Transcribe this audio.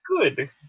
good